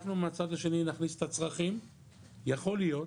אנחנו מהצד השני נכניס את הצרכים ויכול להיות